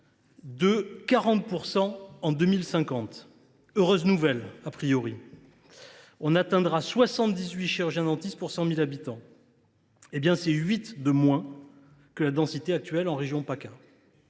de 40 % en 2050. Heureuse nouvelle … On atteindra 78 chirurgiens dentistes pour 100 000 habitants. Eh bien, c’est huit de moins que la densité actuelle en région